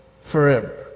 forever